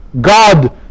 God